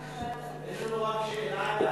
יש לנו רק שאלה אלייך.